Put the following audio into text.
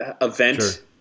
event